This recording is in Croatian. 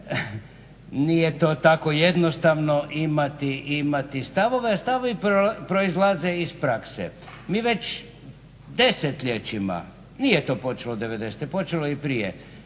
Nije to tako jednostavno imati stavove, a stavovi proizlaze iz prakse. Mi već desetljećima, nije to počelo 90. počelo je i prije,